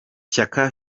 shyaka